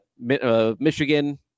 Michigan